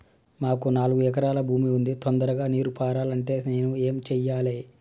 మాకు నాలుగు ఎకరాల భూమి ఉంది, తొందరగా నీరు పారాలంటే నేను ఏం చెయ్యాలే?